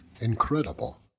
incredible